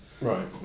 Right